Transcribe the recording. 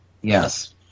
Yes